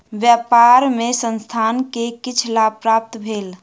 व्यापार मे संस्थान के किछ लाभ प्राप्त भेल